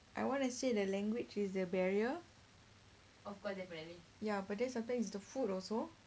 I want to say the language is a barrier ya but sometimes it's the food also